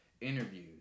Interviews